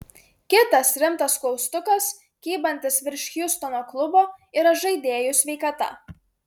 kitas rimtas klaustukas kybantis virš hjustono klubo yra žaidėjų sveikata